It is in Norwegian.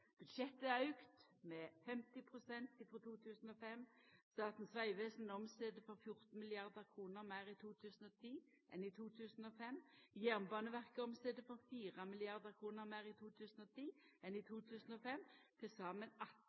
Budsjettet er auka med 50 pst. frå 2005. Statens vegvesen omset for 14 mrd. kr meir i 2010 enn i 2005. Jernbaneverket omset for 4 mrd. kr meir i 2010 enn i 2005 – til saman